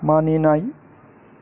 मानिनाय